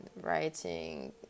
writing